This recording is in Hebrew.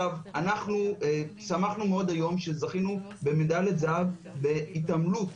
אנחנו שמחנו מאוד היום שזכינו במדליית זהב בהתעמלות,